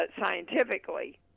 scientifically